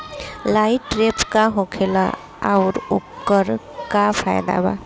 Light trap का होखेला आउर ओकर का फाइदा बा?